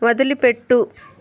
వదిలిపెట్టు